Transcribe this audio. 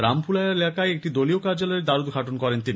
রামপুরা এলাকায় একটি দলীয় কার্যালয়ের দ্বারদ্ঘাটন করেন তিনি